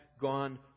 gone